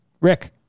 Rick